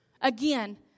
Again